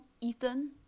ethan